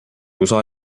usa